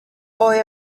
boy